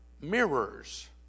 mirrors